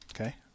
Okay